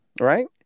right